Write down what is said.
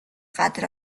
газар